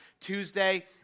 Tuesday